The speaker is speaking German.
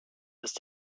ist